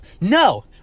no